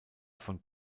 von